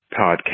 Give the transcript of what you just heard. podcast